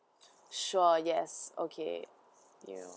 sure yes okay you